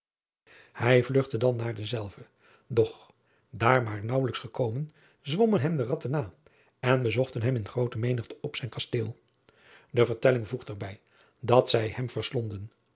ij vlugtte dan naar denzelven doch daar maar naauwelijks gekomen zwommen hem de ratten na en bezochten hem in groote menigte op zijn kasteel e vertelling voegt er bij dat zij hem